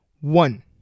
One